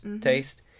taste